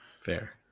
fair